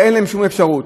ואין להם שום אפשרות.